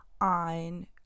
on